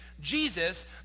Jesus